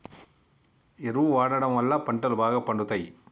ఎరువు వాడడం వళ్ళ పంటలు బాగా పండుతయి